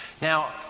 Now